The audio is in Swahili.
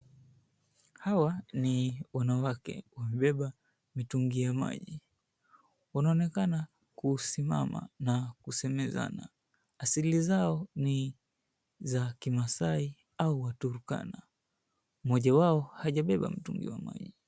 Hawa ni wanawake wamebeba mitungi ya maji. Wanaonekana kusimama na kusemezana. Asili zao ni za Kimaasai au Waturkana. Mmoja wao hajabeba mtungi wa maji.